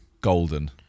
Golden